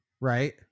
right